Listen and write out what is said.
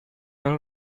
all